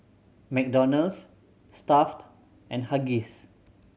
McDonald's Stuff'd and Huggies